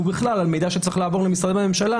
ובכלל על מידע שצריך לעבור למשרדי ממשלה